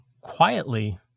quietly